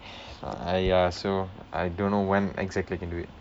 !aiya! so I don't know when exactly I can do it